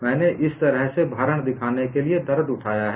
मैंने इस तरह से भारण दिखाने के लिए दर्द उठाया है